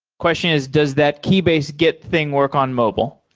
question is does that keybase git thing work on mobile?